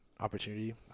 opportunity